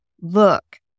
look